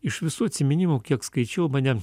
iš visų atsiminimų kiek skaičiau bene